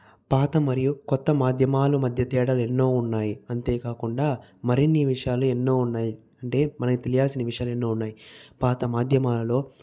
పాత మరియు కొత్త మాధ్యమాలు మధ్య తేడాలు ఎన్నో ఉన్నాయి అంతే కాకుండా మరిన్ని విషయాలు ఎన్నో ఉన్నాయి అంటే మనకి తెలియాల్సిన విషయాలు ఎన్నో ఉన్నాయి పాత మాధ్యమాలలో